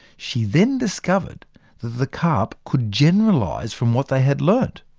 she then discovered that the carp could generalize from what they had learnt,